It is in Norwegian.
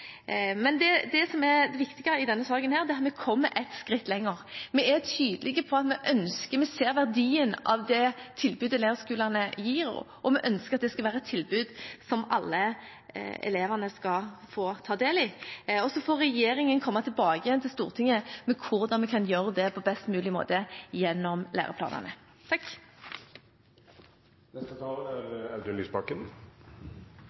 Det viktige i denne saken er at vi kommer et skritt lenger. Vi er tydelige på at vi ser verdien av det tilbudet leirskolene gir, og vi ønsker at det skal være et tilbud som alle elevene skal få ta del i. Så får regjeringen komme tilbake til Stortinget med hvordan vi kan gjøre det på best mulig måte gjennom læreplanene.